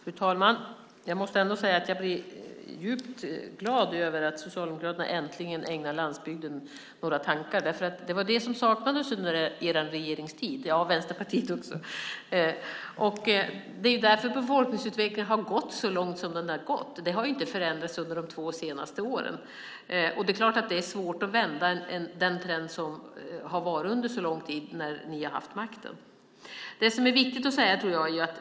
Fru talman! Jag måste ändå säga att jag blir djupt glad över att Socialdemokraterna - och Vänsterpartiet också - äntligen ägnar landsbygden några tankar, för det var det som saknades under er regeringstid. Det är därför befolkningsutvecklingen har gått så långt som den har gått. Det har ju inte förändrats under de två senaste åren. Det är klart att det är svårt att vända den trend som har varit under så lång tid när ni har haft makten.